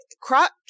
crop